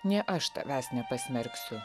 nė aš tavęs nepasmerksiu